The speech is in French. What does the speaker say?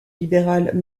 libéral